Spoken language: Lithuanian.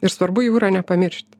ir svarbu jų yra nepamiršti